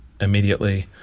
immediately